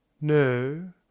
No